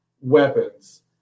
weapons